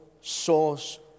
source